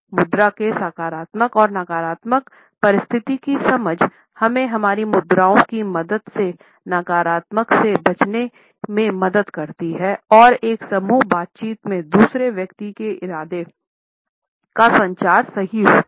मुद्रा के सकारात्मक और नकारात्मक परिस्थिति की समझ हमें हमारी मुद्राओं की मदद से नकारात्मक से बचने में मदद करती हैं और एक समूह बातचीत में दूसरे व्यक्ति के इरादे का संचार सही होता है